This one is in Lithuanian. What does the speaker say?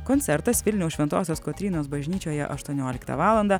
koncertas vilniaus šventosios kotrynos bažnyčioje aštuonioliktą valandą